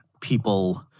people